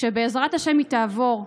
כשבעזרת השם היא תעבור במליאה,